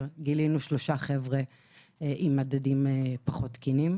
גילינו שלושה אנשים עם מדדים פחות תקינים